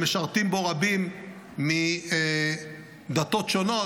שמשרתים בו רבים מדתות שונות,